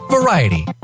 Variety